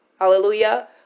Hallelujah